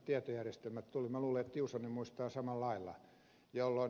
tiusanen muistaa samalla lailla